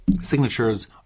signatures